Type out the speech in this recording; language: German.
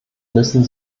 müssen